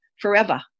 forever